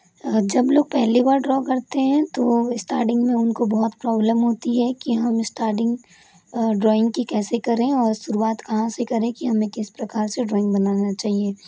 जब लोग पहली बार ड्रॉ करते है तो स्टार्टिंग में उनको बहुत प्रॉब्लम होती है की हम स्टार्टिंग ड्रॉइंग की कैसे करें और शुरुआत कहाँ से करें कि हमें किस प्रकार से ड्रॉइंग बनाना चाहिए